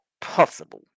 possible